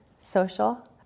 Social